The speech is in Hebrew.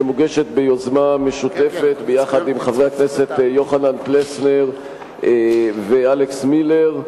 שמוגשת ביוזמה משותפת ביחד עם חברי הכנסת יוחנן פלסנר ואלכס מילר,